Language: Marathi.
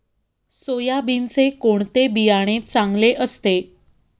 सोयाबीनचे कोणते बियाणे चांगले असते?